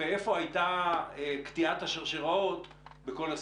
ואיפה הייתה קטיעת השרשראות בכל הסיפור.